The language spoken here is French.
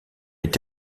est